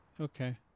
okay